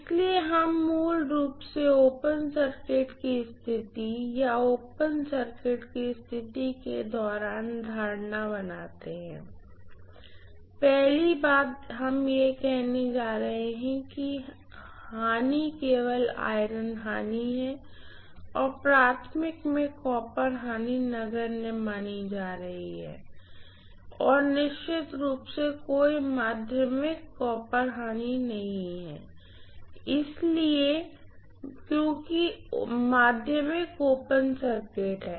इसलिए हम मूल रूप से ओपन सर्किट की स्थिति या ओपन सर्किट टेस्ट की स्थिति के दौरान धारणा बनाते हैं पहली बात हम यह कहने जा रहे हैं कि लॉसकेवल आयरन लॉस हैं और प्राइमरी में कॉपर लॉस नगण्य माना जा रहा है और निश्चित रूप से कोई सेकेंडरी कॉपर लॉस नहीं है बिल्कुल इसलिए क्योंकि सेकेंडरी ओपन सर्किट है